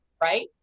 right